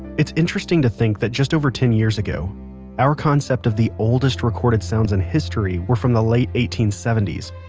it's interesting to think that just over ten years ago our concept of the oldest recorded sounds in history were from the late eighteen seventy s.